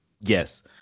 Yes